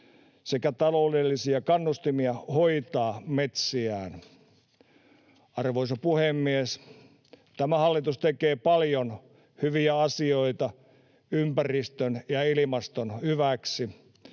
sekä taloudellisia kannustimia hoitaa metsiään. Arvoisa puhemies! Tämä hallitus tekee paljon hyviä asioita ympäristön ja ilmaston hyväksi.